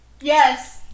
yes